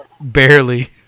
barely